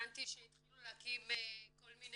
--- אבל יש בעיה שהבנתי שהתחילו להקים כל מיני